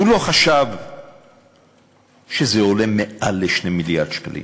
הוא לא חשב שזה עולה מעל ל-2 מיליארד שקלים,